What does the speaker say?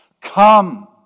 Come